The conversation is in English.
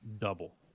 double